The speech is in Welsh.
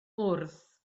wrth